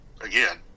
again